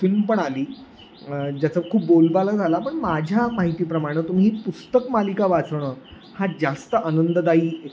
film पण आली ज्याचा खूप बोलबाला झाला पण माझ्या माहितीप्रमाणं तुम्ही पुस्तक मालिका वाचणं हा जास्त आनंददायी